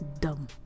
dumb